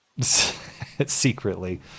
secretly